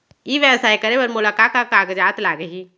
ई व्यवसाय करे बर मोला का का कागजात लागही?